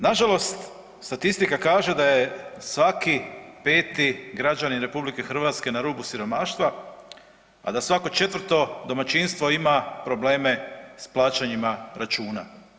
Nažalost statistika kaže da je svaki 5-ti građanin RH na rubu siromaštva, a da svako 4-to domaćinstvo ima probleme s plaćanjima računa.